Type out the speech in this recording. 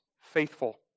Faithful